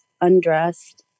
undressed